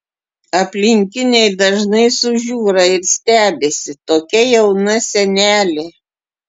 aplinkiniai dažnai sužiūra ir stebisi tokia jauna senelė